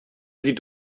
sie